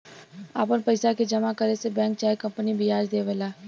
आपन पइसा के जमा करे से बैंक चाहे कंपनी बियाज देवेला